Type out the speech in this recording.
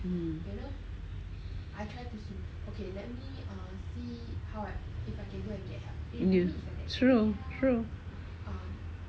um ya true true